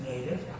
native